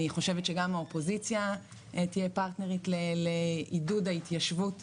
אני חושבת שגם האופוזיציה תהיה פרטנרית לעידוד ההתיישבות בנגב,